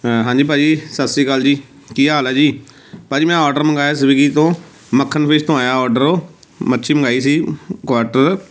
ਹਾਂ ਹਾਂਜੀ ਭਾਅ ਜੀ ਸਤਿ ਸ਼੍ਰੀ ਅਕਾਲ ਜੀ ਕੀ ਹਾਲ ਹੈ ਜੀ ਭਾਅ ਜੀ ਮੈਂ ਆਰਡਰ ਮੰਗਵਾਇਆ ਸਵੀਗੀ ਤੋਂ ਮੱਖਣ ਫਿਸ਼ ਤੋਂ ਆਇਆ ਆਰਡਰ ਉਹ ਮੱਛੀ ਮੰਗਵਾਈ ਸੀ ਕੁਆਰਟਰ